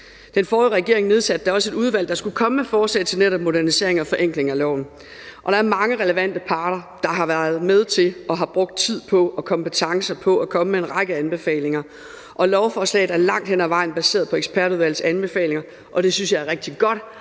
Den forrige regering nedsatte da også et udvalg, der skulle komme med forslag til netop modernisering og forenkling af loven. Og der er mange relevante parter, der har været med til og har brugt tid og kompetencer på at komme med en række anbefalinger. Lovforslaget er langt hen ad vejen baseret på ekspertudvalgets anbefalinger, og det synes jeg er rigtig godt,